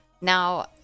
now